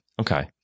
Okay